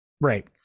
Right